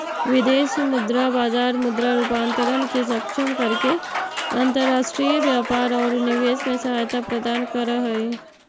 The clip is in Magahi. विदेश मुद्रा बाजार मुद्रा रूपांतरण के सक्षम करके अंतर्राष्ट्रीय व्यापार औउर निवेश में सहायता प्रदान करऽ हई